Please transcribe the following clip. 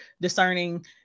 discerning